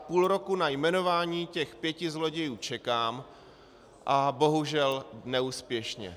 Půl roku na jmenování těch pěti zlodějů čekám a bohužel neúspěšně.